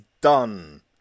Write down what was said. done